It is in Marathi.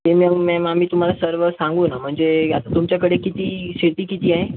ते मॅम आम्ही तुम्हाला सर्व सांगू ना म्हणजे तुमच्याकडे किती शेती किती आहे